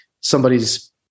somebody's